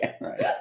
right